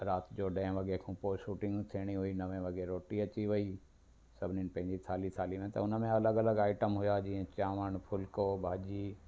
राति जो ॾहें वॻे खां पोइ शूटिंग थियणी हुई नवे वॻे रोटी अची वई सभिनीनि पंहिंजी थाली थाली में त उन में अलॻि अलॻि आईटम हुया जीअं चांवर फुल्को भाॼी